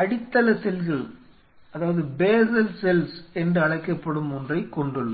அடித்தள செல்கள் என்று அழைக்கப்படும் ஒன்றைக் கொண்டுள்ளது